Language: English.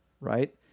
Right